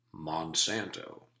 Monsanto